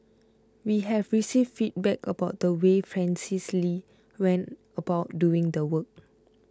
we have received feedback about the way Francis Lee went about doing the work